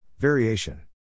Variation